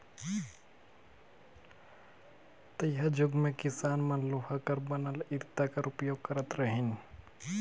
तइहाजुग मे किसान मन लोहा कर बनल इरता कर उपियोग करत रहिन